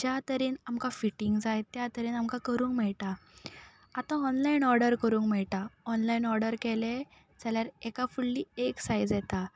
ज्या तरेन आमकां फिटींग जाय त्या तरेन आमकां करूंक मेळटा आतां ऑनलायन ऑर्डर करूंक मेळटा ऑनलायन ऑर्डर केलें जाल्यार एका फुडली एक सायज येता